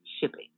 shipping